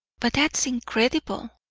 but that is incredible.